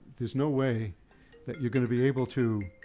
there's no way that you're gonna be able to,